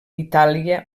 itàlia